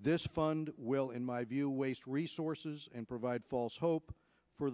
this fund will in my view waste resources and provide false hope for